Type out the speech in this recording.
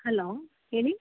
hello ಹೇಳಿ